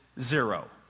zero